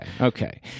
okay